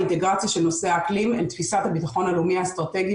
האינטגרציה של נושאי האקלים ותפיסת הביטחון הלאומי האסטרטגי,